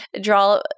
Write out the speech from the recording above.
draw